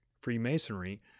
Freemasonry